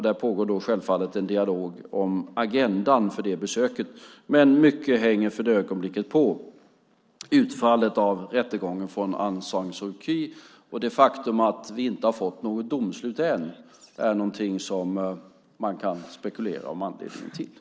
Det pågår självfallet en dialog om agendan för det besöket, men mycket hänger för ögonblicket på utfallet av rättegången mot Aung San Suu Kyi. Man kan spekulera om anledningen till det faktum att vi inte fått något domslut ännu.